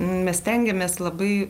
mes stengiamės labai